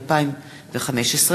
אברהם נגוסה,